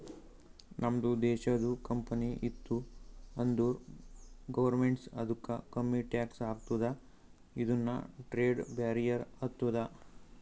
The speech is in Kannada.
ನಮ್ದು ದೇಶದು ಕಂಪನಿ ಇತ್ತು ಅಂದುರ್ ಗೌರ್ಮೆಂಟ್ ಅದುಕ್ಕ ಕಮ್ಮಿ ಟ್ಯಾಕ್ಸ್ ಹಾಕ್ತುದ ಇದುನು ಟ್ರೇಡ್ ಬ್ಯಾರಿಯರ್ ಆತ್ತುದ